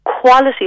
quality